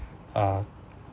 uh